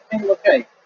Okay